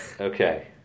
Okay